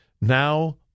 now